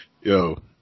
Yo